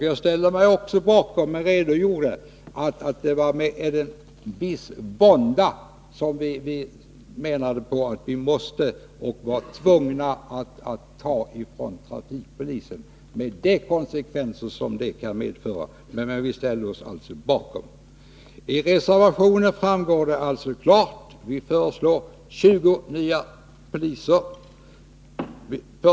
Jag framhöll också att det var med en viss vånda som vi kände oss tvungna att ta medel från trafikpolisen, med de konsekvenser som detta kan medföra. Av reservationen framgår det alltså klart att vi föreslår 20 nya polistjänster.